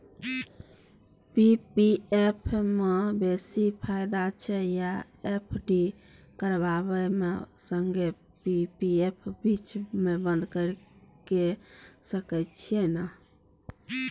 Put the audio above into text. P P F म बेसी फायदा छै या एफ.डी करबै म संगे पी.पी एफ बीच म बन्द के सके छियै न?